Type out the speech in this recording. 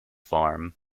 farm